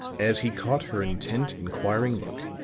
as he caught her intent, inquiring look,